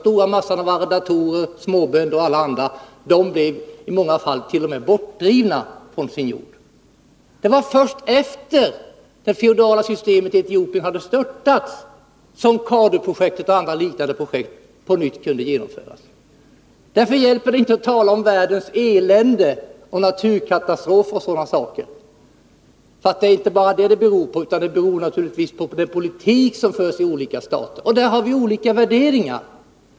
Den stora massan av arrendatorer, småbönder och alla andra blev i många fall t.o.m. bortdrivna från sin jord. Det var först efter det att det feodala systemet i Etiopien hade störtats som CADU-projektet och andra liknande projekt kunde genomföras. Det hjälper alltså inte att tala om världens elände, naturkatastrofer m.m., därför att utvecklingen beror inte bara på sådant utan naturligtvis på den politik som förs i olika stater. Och där har vi olika värderingar.